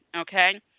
okay